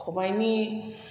खबाइनि